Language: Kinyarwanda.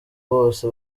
bose